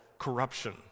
corruption